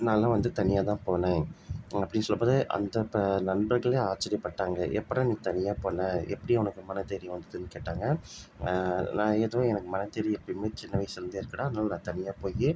நான்லாம் வந்து தனியாக தான் போனேன் அப்படின்னு சொல்லுலம்போது அந்த நண்பர்களே ஆச்சரியப்பட்டாங்க எப்பிட்ரா நீ தனியாக போனே எப்படி உனக்கு மனதைரியம் வந்ததுன்னு கேட்டாங்க நான் ஏதோ எனக்கு மனதைரியம் எப்பயுமே சின்ன வயசுலேருந்தே இருக்குடா அதனால நான் தனியாக போய்